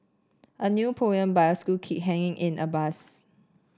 a new poem by a school kid hanging in a bus